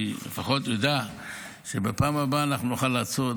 אני לפחות אדע שבפעם הבאה אנחנו נוכל לעצור את